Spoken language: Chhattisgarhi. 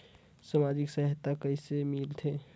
समाजिक सहायता कइसे मिलथे?